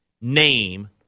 name